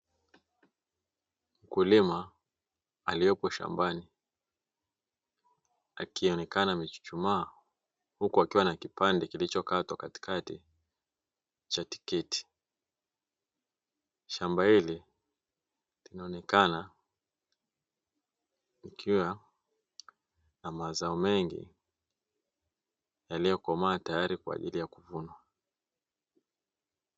Mkulima aliyepo shambani akionekana amechuchumaa huku akiwa na kipande kilichokatwa kati cha tikiti. Shamba hili linaonekana likiwa na mazao mengi yaliyokomaa tayari kwa ajili ya kuvunwa.